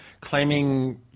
claiming